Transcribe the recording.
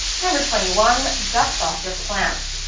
number twenty one dust off your plants.